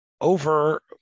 over-